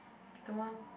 the one